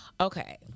okay